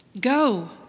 Go